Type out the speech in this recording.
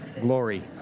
Glory